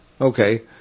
Okay